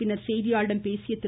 பின்னர் செய்தியாளர்களிடம் பேசிய திரு